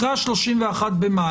אחרי 31 במאי,